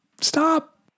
Stop